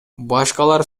башкалар